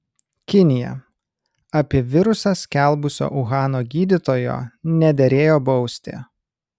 kinija apie virusą skelbusio uhano gydytojo nederėjo bausti